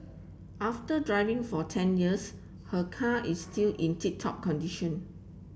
after driving for ten years her car is still in tip top condition